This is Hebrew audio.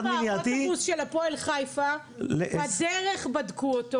גם באוטובוס של הפועל חיפה, בדרך בדקו אותו